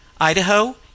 Idaho